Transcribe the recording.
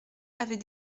avait